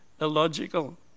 illogical